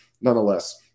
nonetheless